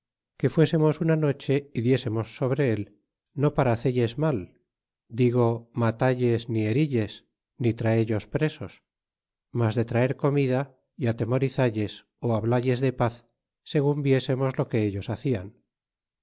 que fuésemos una noche y diésemos sobre él no para hacelles mal digo matalles ni he ille ni trae ellos presos mas de traer comida y atemorizalles ó hablalles de paz segun viésemos lo que ellos hacían